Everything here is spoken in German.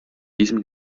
diesem